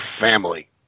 family